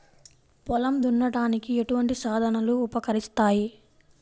పొలం దున్నడానికి ఎటువంటి సాధనాలు ఉపకరిస్తాయి?